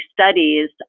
studies